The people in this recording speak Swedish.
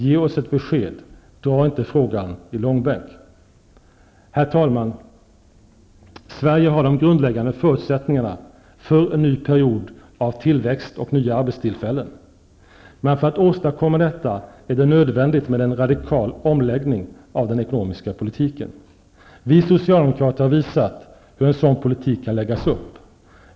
Ge oss ett besked och dra inte frågan i långbänk! Herr talman! Sverige har de grundläggande förutsättningarna för en ny period av tillväxt och nya arbetstillfällen. Men för att åstadkomma detta är det nödvändigt med en radikal omläggning av den ekonomiska politiken. Vi socialdemokrater har visat hur en sådan politik kan läggas upp.